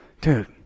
Dude